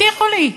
הבטיחו לי.